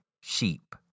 sheep